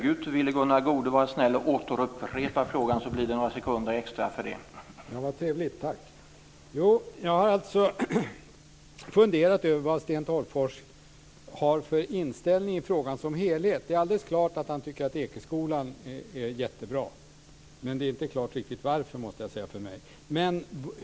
Jag har alltså funderat över vilken inställning Sten Tolgfors har i frågan som helhet. Det är alldeles klart att han tycker att Ekeskolan är jättebra, men det är inte riktigt klart varför för mig.